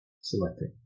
selecting